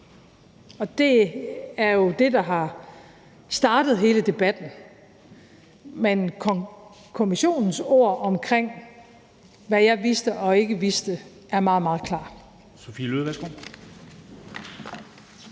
og det er jo det, der har startet hele debatten. Men kommissionens ord om, hvad jeg vidste og ikke vidste, er meget, meget klare.